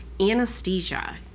Anesthesia